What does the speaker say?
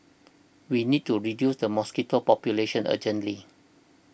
we need to reduce the mosquito population urgently